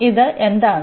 അതിനാൽ ഇത് എന്താണ്